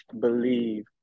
believe